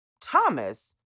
Thomas